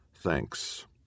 Thanks